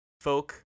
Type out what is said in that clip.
folk